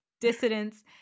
dissidents